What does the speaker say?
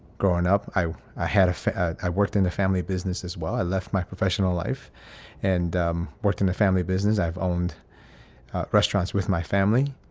growing up, i i had i worked in the family business as well. i left my professional life and um worked in the family business. i've owned restaurants with my family.